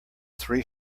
three